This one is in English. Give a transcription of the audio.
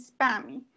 spammy